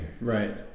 Right